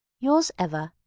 yours ever,